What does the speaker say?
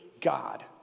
God